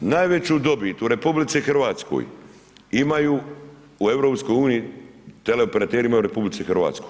Najveću dobit u RH imaju u EU teleoperateri imaju u RH.